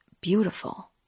Beautiful